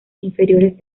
inferiores